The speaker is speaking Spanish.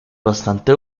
bastante